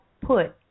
put